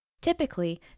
Typically